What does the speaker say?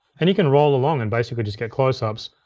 and you can roll along and basically just get closeups.